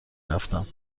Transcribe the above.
رفتتم